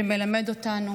שמלמד אותנו